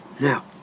Now